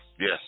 Yes